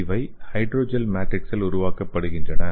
இவை ஹைட்ரஜல் மேட்ரிக்ஸில் உருவாக்கப்படுகின்றன